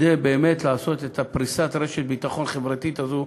כדי לפרוס את רשת הביטחון החברתית הזאת,